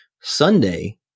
Sunday